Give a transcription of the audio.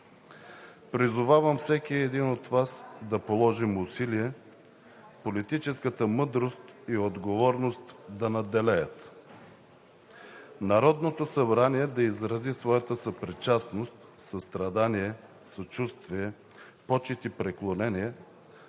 Призовавам всеки един от Вас да положи усилия политическата мъдрост и отговорност да надделеят, Народното събрание да изрази своята съпричастност, състрадание, съчувствие, почит и преклонение